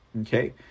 Okay